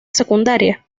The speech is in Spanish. secundaria